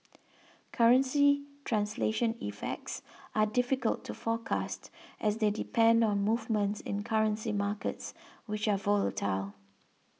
currency translation effects are difficult to forecast as they depend on movements in currency markets which are volatile